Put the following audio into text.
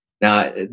Now